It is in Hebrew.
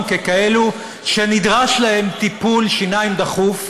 ככאלה שנדרש להם טיפול שיניים דחוף,